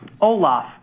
Olaf